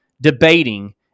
debating